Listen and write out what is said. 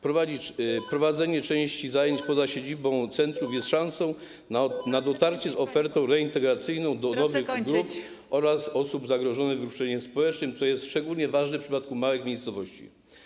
Prowadzenie części zajęć poza siedzibą centrów jest szansą na dotarcie z ofertą reintegracyjną do nowych grup oraz osób zagrożonych wykluczeniem społecznym, które jest szczególnie ważne w przypadku małych miejscowości.